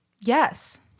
yes